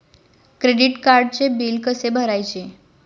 Credit कार्डचे bill कसे भरायचे?